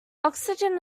oxygen